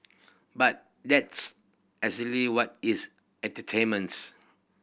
but that's exactly what it's entertainments